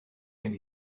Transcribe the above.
gen